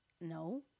No